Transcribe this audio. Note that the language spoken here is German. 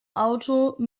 auto